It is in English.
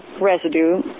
residue